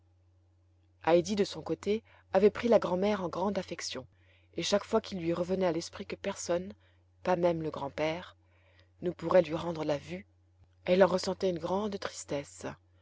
heidi de son côté avait pris la grand'mère en grande affection et chaque fois qu'il lui revenait à l'esprit que personne pas même le grand-père ne pourrait lui rendre la vue elle en ressentait une grande tristesse